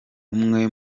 umwe